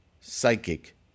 psychic